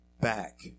back